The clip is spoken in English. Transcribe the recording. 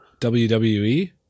WWE